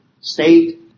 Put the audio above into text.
state